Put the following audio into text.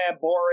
boring